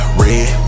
red